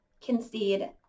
concede